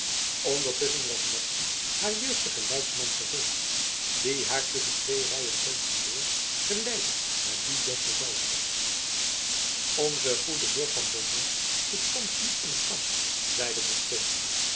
ondertusschen was madzy haar jeugdigen leidsman gevolgd die haar tusschen twee rijen tenten door geleidde naar die des bevelhebbers onze goede heer van beaumont is thans niet in het kamp zeide de